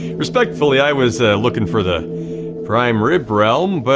respectfully, i was looking for the prime rib realm, but